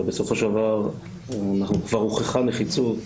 אבל בסופו של דבר כבר הוכחה נחיצות,